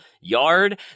yard